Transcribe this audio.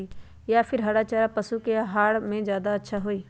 या फिर हरा चारा पशु के आहार में ज्यादा अच्छा होई?